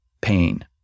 pain